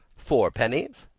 four pennies.